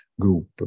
group